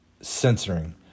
censoring